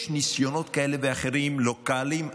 יש ניסיונות כאלה ואחרים לוקאליים,